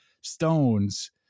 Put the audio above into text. stones